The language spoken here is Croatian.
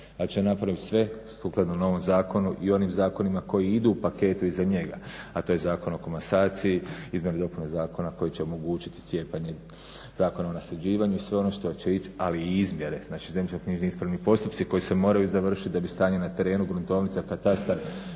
Pa će napravit sve sukladno novom zakonu i onim zakonima koji idu u paketu iza njega, a to je zakon o komasaciji, izmjene i dopune zakona koji će omogućiti cijepanje zakona o nasljeđivanju i sve ono što će ići, ali i izmjere, znači zemljišnoknjižni ispravni postupci koji se moraju završit da bi stanje na terenu, gruntovnica, katastar